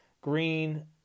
green